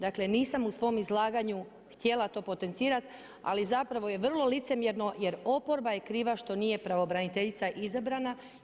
Dakle, nisam u svom izlaganju htjela to potencirati, ali zapravo je vrlo licemjerno jer oporba je kriva što nije pravobraniteljica izabrana.